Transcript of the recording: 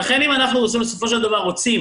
לכן אם אנחנו בסופו של דבר רוצים